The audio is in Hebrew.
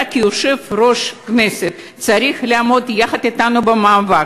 אתה כיושב-ראש הכנסת צריך לעמוד יחד אתנו במאבק.